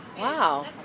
Wow